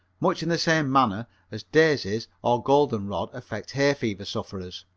much in the same manner as daisies or golden rod affect hay fever sufferers.